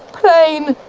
plain,